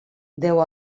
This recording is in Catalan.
deu